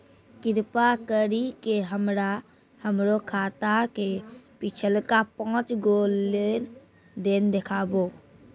कृपा करि के हमरा हमरो खाता के पिछलका पांच गो लेन देन देखाबो